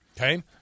Okay